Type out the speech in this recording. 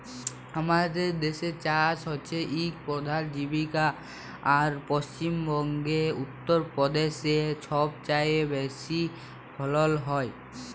আমাদের দ্যাসে চাষ হছে ইক পধাল জীবিকা আর পশ্চিম বঙ্গে, উত্তর পদেশে ছবচাঁয়ে বেশি ফলল হ্যয়